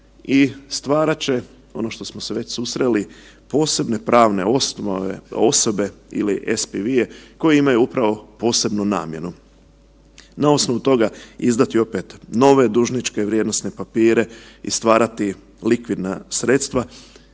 i stvarat će, ono što smo se već susreli, posebne pravne osobe ili SPV-i koje imaju upravo posebnu namjenu. Na osnovu toga izdati opet nove dužničke vrijednosne papire i stvarati likvidna sredstva,